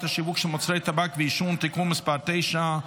השיווק של מוצרי טבק ועישון (תיקון מס' 9),